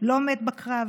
לא מת בקרב.